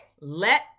Let